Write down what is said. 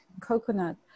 coconut